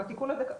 גם התיקון הזה,